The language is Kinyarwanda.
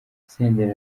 senderi